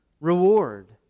reward